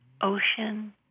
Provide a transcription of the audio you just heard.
ocean